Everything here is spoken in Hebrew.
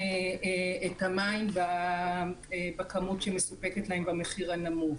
להסתפק בכמות המים שמסופקת להם במחיר הנמוך.